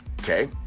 Okay